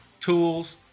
tools